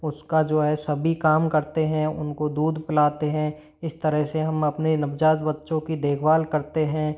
उसका जो है सभी काम करते हैं उनको दूध पिलाते हैं इस तरह से हम अपने नवजात बच्चों की देखभाल करते हैं